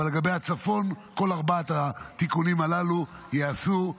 אבל לגבי הצפון, כל ארבעת התיקונים הללו ייעשו.